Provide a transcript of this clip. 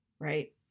Right